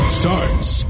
starts